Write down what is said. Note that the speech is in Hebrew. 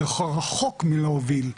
היא רחוק מלהוביל.